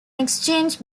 exchange